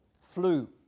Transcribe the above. flu